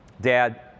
dad